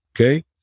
Okay